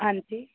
ਹਾਂਜੀ